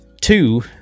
two